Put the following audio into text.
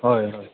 হয় হয়